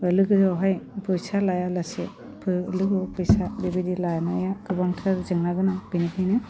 लोगोआवहाय फैसा लायालासेबो लोगोआव फैसा बेबायदि लानाया गोबांथार जेंना गोनां बिनिखायनो